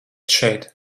šeit